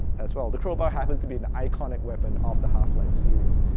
as well. the crowbar happens to be an iconic weapon of the half-life series.